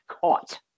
caught